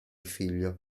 figlio